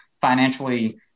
financially